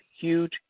huge